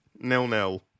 Nil-nil